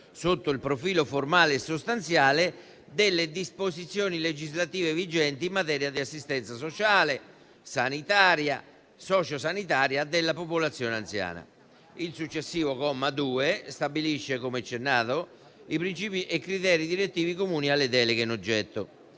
sotto il profilo formale e sostanziale, delle disposizioni legislative vigenti in materia di assistenza sociale, sanitaria e sociosanitaria della popolazione anziana. Il successivo comma 2 stabilisce, come accennato, i principi e criteri direttivi comuni alle deleghe in oggetto.